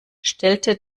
stellte